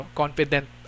confident